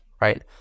right